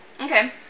Okay